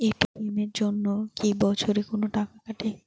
ATM এর জন্যে কি বছরে কোনো টাকা কাটে?